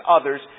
others